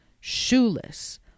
shoeless